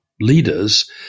leaders